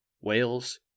Wales